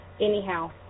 Anyhow